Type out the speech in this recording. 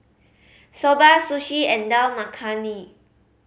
Soba Sushi and Dal Makhani